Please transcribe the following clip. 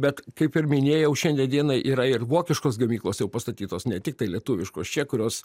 bet kaip ir minėjau šiandia dienai yra ir vokiškos gamyklos jau pastatytos ne tiktai lietuviškos čia kurios